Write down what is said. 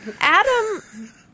Adam